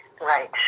Right